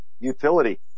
utility